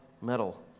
metal